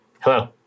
Hello